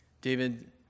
David